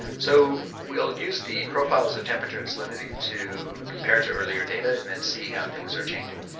so we'll use the profiles of temperature and salinity to compare to earlier data and then see how things are changing.